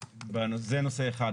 זה נושא אחד.